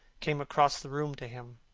came across the room to him.